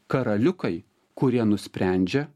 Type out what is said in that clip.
karaliukai kurie nusprendžia